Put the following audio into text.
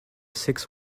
six